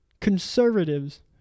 conservatives